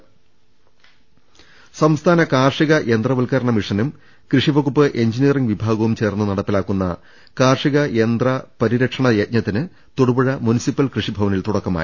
രുട്ട്ട്ട്ട്ട്ട്ട്ട്ട ട സംസ്ഥാന കാർഷിക യന്ത്രവത്ക്കരണ മിഷനും കൃഷി വകുപ്പ് എഞ്ചി നീയറിംഗ് വിഭാഗവും ചേർന്ന് നടപ്പിലാക്കുന്ന കാർഷിക യന്ത്ര പരിരക്ഷണ യജ്ഞത്തിന് തൊടുപുഴ മുനിസിപ്പൽ കൃഷിഭവനിൽ തുടക്കമായി